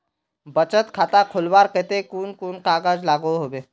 बचत खाता खोलवार केते कुन कुन कागज लागोहो होबे?